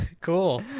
cool